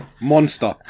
monster